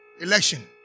election